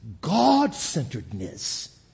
God-centeredness